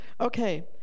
Okay